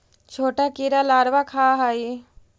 छोटा कीड़ा लारवा खाऽ हइ